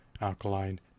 alkaline